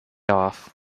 off